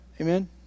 Amen